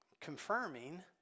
confirming